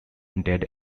dead